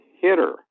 hitter